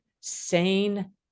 sane